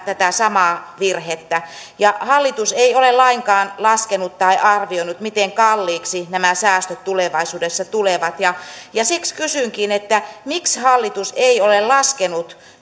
tätä samaa virhettä hallitus ei ole lainkaan laskenut tai arvioinut miten kalliiksi nämä säästöt tulevaisuudessa tulevat ja ja siksi kysynkin miksi hallitus ei ole laskenut